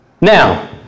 Now